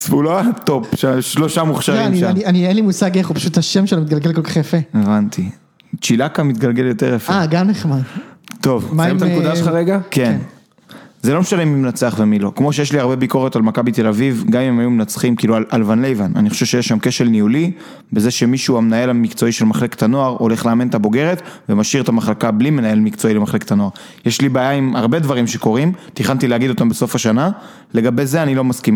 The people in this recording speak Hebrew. צפו לן טופ של השלושה מוכשרים שם. אין לי מושג איך, הוא פשוט, השם שלו מתגלגל כל כך יפה. הבנתי. צ'ילקה מתגלגל יותר יפה. אה, גם נחמד. טוב, אתן את הנקודה שלך רגע? כן. זה לא משנה מי מנצח ומי לא. כמו שיש לי הרבה ביקורת על מכבי תל אביב, גם אם היו מנצחים, כאילו, על ון לייבן. אני חושב שיש שם כשל ניהולי, בזה שמישהו המנהל המקצועי של מחלקת הנוער, הולך לאמן את הבוגרת, ומשאיר את המחלקה בלי מנהל מקצועי למחלקת הנוער. יש לי בעיה עם הרבה דברים שקורים, תכננתי להגיד אותם בסוף השנה. לגבי זה אני לא מסכים.